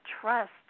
trust